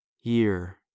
Year